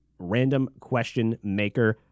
randomquestionmaker